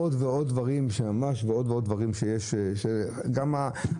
על עוד ועוד דברים שנוגעים לחלק מקצועי.